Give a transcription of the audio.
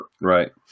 Right